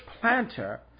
planter